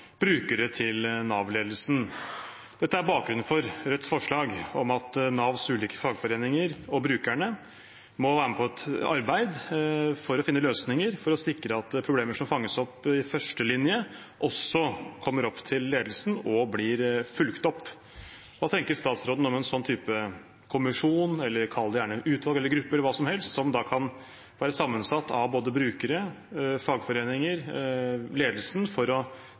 brukere til Nav-ledelsen. Dette er bakgrunnen for Rødts forslag om at Navs ulike fagforeninger, og brukerne, må være med på et arbeid for å finne løsninger for å sikre at problemer som fanges opp i førstelinje, også kommer opp til ledelsen og blir fulgt opp. Hva tenker statsråden om en slik type kommisjon – eller kall det gjerne utvalg, gruppe eller hva som helst – som kan være sammensatt av både brukere, fagforeninger og ledelsen, for